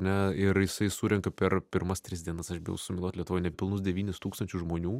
ne ir jisai surenka per pirmas tris dienas aš bijau sumeluot lietuvoj nepilnus devynis tūkstančius žmonių